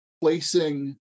placing